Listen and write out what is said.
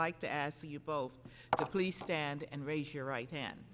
like to ask you both please stand and raise your right hand